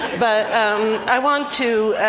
but um i want to,